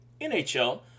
NHL